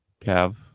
cav